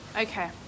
okay